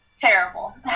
Terrible